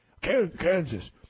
Kansas